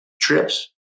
Trips